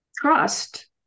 trust